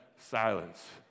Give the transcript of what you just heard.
silence